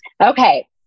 Okay